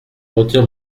retire